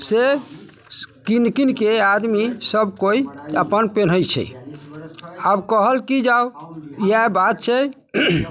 से कीनि कीनिके आदमी सबकोइ अपन पिनहै छै आब कहल कि जाउ इएह बात छै